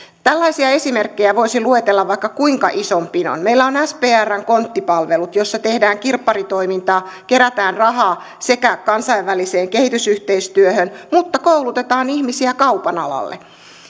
tällaisia esimerkkejä voisi luetella vaikka kuinka ison pinon meillä on sprn kontti palvelut joissa tehdään kirpparitoimintaa kerätään rahaa kansainväliseen kehitysyhteistyöhön mutta koulutetaan ihmisiä kaupan alalle